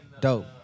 Dope